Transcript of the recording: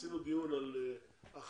קיימנו דיון על אחיות